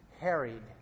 harried